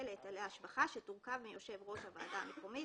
להיטלי השבחה שתורכב מיושב ראש הוועדה המקומית,